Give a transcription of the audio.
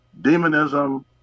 demonism